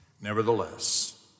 Nevertheless